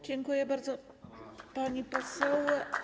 Dziękuję bardzo, pani poseł.